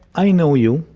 i know you,